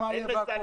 בבקשה.